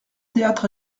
théâtre